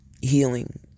healing